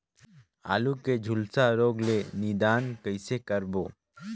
आलू के झुलसा रोग ले निदान कइसे करबो?